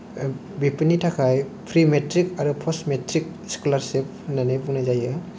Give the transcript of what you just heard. बेफोरनि थाखाय pre matric आरो पस्ट मेट्रिक स्कलारशिप होननानै बुंनाय जायो